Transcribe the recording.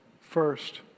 first